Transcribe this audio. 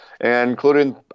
including